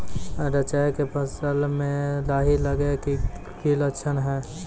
रैचा के फसल मे लाही लगे के की लक्छण छै?